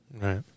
Right